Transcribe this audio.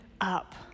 up